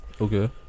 Okay